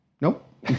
Nope